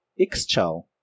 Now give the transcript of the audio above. Ixchel